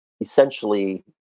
essentially